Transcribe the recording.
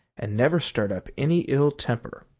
and never stirred up any ill-temper.